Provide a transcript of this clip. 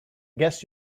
guess